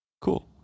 cool